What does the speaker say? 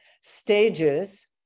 stages